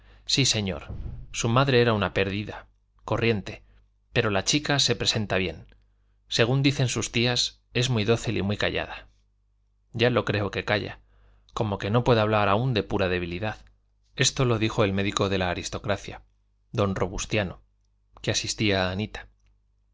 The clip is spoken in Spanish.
sí señor su madre era una perdida corriente pero la chica se presenta bien según dicen sus tías es muy dócil y muy callada ya lo creo que calla como que no puede hablar aún de pura debilidad esto lo dijo el médico de la aristocracia don robustiano que asistía a anita